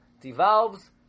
devolves